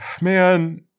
Man